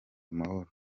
amahoro